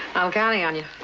i'm counting on yeah